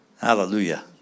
Hallelujah